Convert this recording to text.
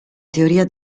teoria